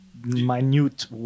minute